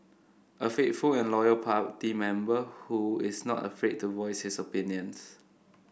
a faithful and loyal party member who is not afraid to voice his opinions